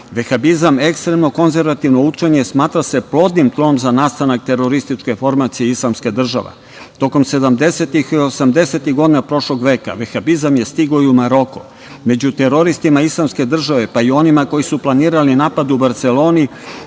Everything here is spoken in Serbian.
Vehabizam, ekstremno konzervativno učenje, smatra se plodnim tlom za nastanak terorističke formacije islamske države. Tokom 70. i 80. godina prošlog veka vehabizam je stigao i u Maroko. Među teroristima islamske države, pa i onima koji su planirali napad u Barseloni,